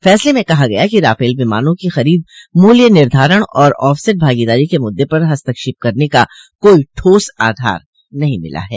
फैसले में कहा गया कि राफेल विमानों की खरीद मूल्य निर्धारण और ऑफसैट भागीदार के मुद्दे पर हस्तक्षेप करने का कोई ठोस आधार नहीं मिला है